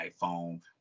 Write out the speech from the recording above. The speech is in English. iPhone